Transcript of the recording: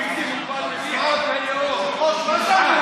לפחות תגיד אמת.